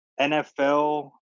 NFL